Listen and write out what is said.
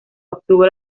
obtuvo